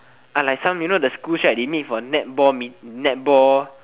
ah like some you know the schools right they meet for netball me~ netball